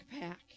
pack